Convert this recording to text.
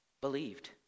believed